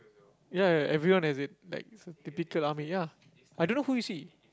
ya ya everyone has it like typical army ya I don't know who is he